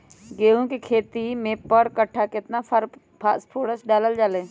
गेंहू के खेती में पर कट्ठा केतना फास्फोरस डाले जाला?